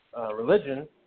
religion